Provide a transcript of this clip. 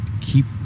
keep –